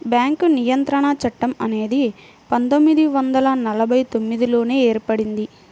bank నియంత్రణ చట్టం అనేది పందొమ్మిది వందల నలభై తొమ్మిదిలోనే ఏర్పడింది